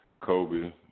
Kobe